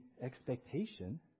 expectation